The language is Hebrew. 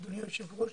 אדוני היושב ראש,